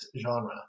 genre